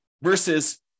versus